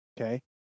okay